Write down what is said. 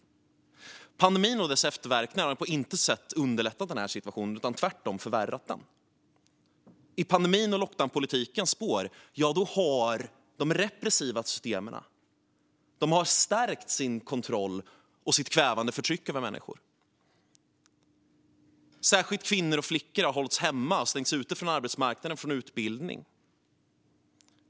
Pandemin och dess efterverkningar har på intet sätt underlättat denna situation utan har tvärtom förvärrat den. I pandemins och lockdownpolitikens spår har de repressiva systemen stärkt sin kontroll och sitt kvävande förtryck över människor. Särskilt kvinnor och flickor har hållits hemma och stängts ute från arbetsmarknaden och från utbildning.